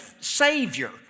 savior